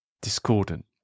discordant